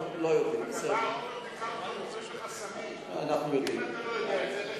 בזה אתם לא יודעים לטפל, לא יודעים,